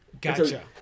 Gotcha